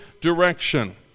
direction